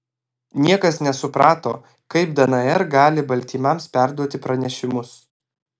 niekas nesuprato kaip dnr gali baltymams perduoti pranešimus